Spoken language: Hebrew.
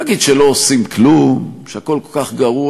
אל תגיד שלא עושים כלום, שהכול כל כך גרוע.